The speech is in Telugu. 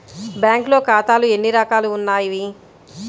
బ్యాంక్లో ఖాతాలు ఎన్ని రకాలు ఉన్నావి?